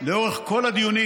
לאורך כל הדיונים